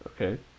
Okay